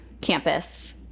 campus